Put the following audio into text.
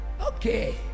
Okay